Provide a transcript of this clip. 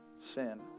sin